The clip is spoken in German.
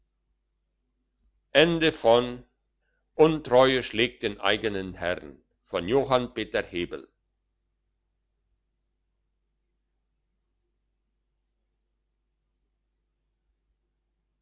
und bombenkugeln untreue schlägt den eigenen herrn als